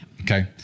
Okay